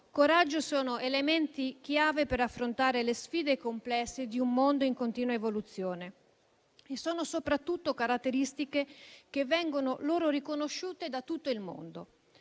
coraggio sono elementi chiave per affrontare le sfide complesse di un mondo in continua evoluzione e sono soprattutto caratteristiche che vengono loro riconosciute da tutto il mondo;